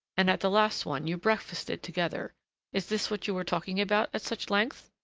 and at the last one you breakfasted together is this what you were talking about at such length?